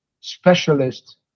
specialist